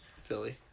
Philly